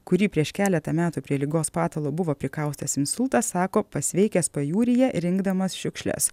kurį prieš keletą metų prie ligos patalo buvo prikaustęs insultas sako pasveikęs pajūryje rinkdamas šiukšles